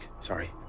sorry